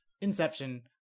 Inception